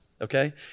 Okay